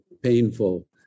painful